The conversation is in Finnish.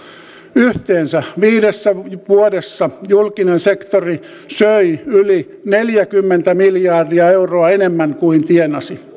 yhteensä viidessä vuodessa julkinen sektori söi yli neljäkymmentä miljardia euroa enemmän kuin tienasi